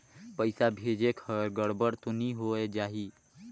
पइसा भेजेक हर गड़बड़ तो नि होए जाही?